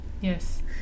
Yes